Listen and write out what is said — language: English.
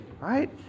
right